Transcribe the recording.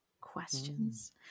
questions